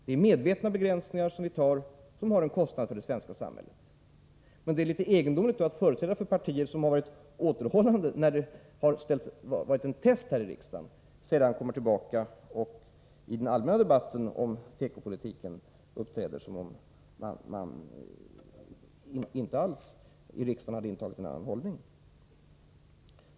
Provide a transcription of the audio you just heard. Det är medvetna begränsningar vi gör, och det innebär en kostnad för det svenska samhället. Men det är då litet egendomligt att företrädare för partier som varit återhållande när det varit en test här i riksdagen sedan kommer tillbaka och i den allmänna debatten om tekopolitiken uppträder som om man i riksdagen inte alls hade intagit en annan hållning.